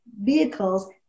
vehicles